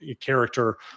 character